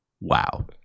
Wow